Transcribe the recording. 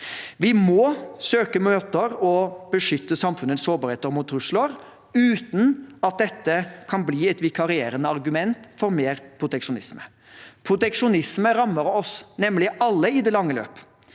Vi må søke måter å beskytte samfunnets sårbarheter mot trusler på uten at dette kan bli et vikarierende argument for mer proteksjonisme. Proteksjonisme rammer nemlig oss alle i det lange løp.